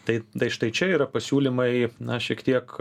taip tai štai čia yra pasiūlymai na šiek tiek